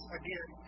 again